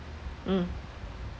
mm